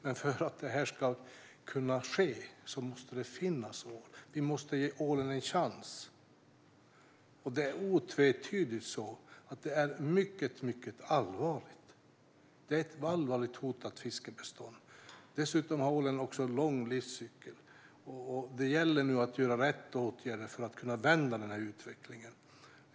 Men för att detta ska kunna ske måste det finnas ål. Vi måste ge ålen en chans. Det är otvetydigt så att det är ett mycket allvarligt hotat fiskebestånd. Dessutom har ålen en lång livscykel. Det gäller nu att vidta rätt åtgärder för att vända utvecklingen.